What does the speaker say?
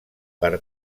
per